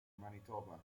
manitoba